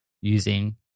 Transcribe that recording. using